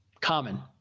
Common